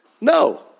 No